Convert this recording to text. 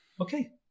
Okay